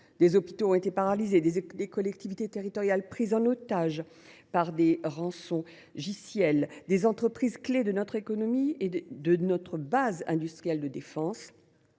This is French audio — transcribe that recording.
Des hôpitaux ont été paralysés, des collectivités territoriales prises en otage par des rançongiciels et des entreprises clés de notre économie et de notre base industrielle et